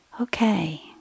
Okay